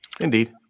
Indeed